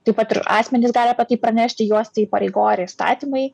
taip pat ir asmenys gali apie tai pranešti juos tai įpareigoja ir įstatymai